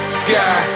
sky